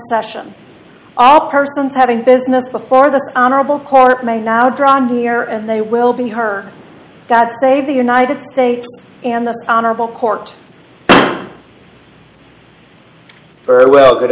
session all persons having business before the honorable court may now draw on the air and they will be her that say the united states and the honorable court her well good